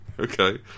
Okay